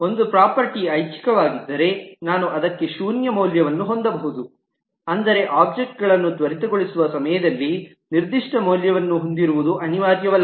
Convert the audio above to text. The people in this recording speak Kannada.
ಒಂದು ಪ್ರಾಪರ್ಟೀ ಐಚ್ಛಿಕವಾಗಿದ್ದರೆ ನಾನು ಅದಕ್ಕೆ ಶೂನ್ಯ ಮೌಲ್ಯಗಳನ್ನು ಹೊಂದಬಹುದು ಅಂದರೆ ಒಬ್ಜೆಕ್ಟ್ಸ್ ಗಳನ್ನು ತ್ವರಿತಗೊಳಿಸುವ ಸಮಯದಲ್ಲಿ ನಿರ್ದಿಷ್ಟ ಮೌಲ್ಯವನ್ನು ಹೊಂದಿರುವುದು ಅನಿವಾರ್ಯವಲ್ಲ